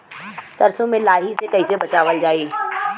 सरसो में लाही से कईसे बचावल जाई?